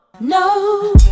No